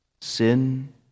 sin